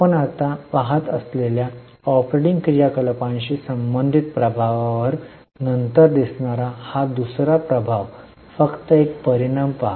आपण आत्ता पाहत असलेल्या ऑपरेटिंग क्रियाकलापांशी संबंधित प्रभावावर नंतर दिसणारा हा दुसरा प्रभाव फक्त एक परिणाम पहा